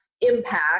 impact